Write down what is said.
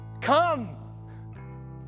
come